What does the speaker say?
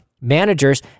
managers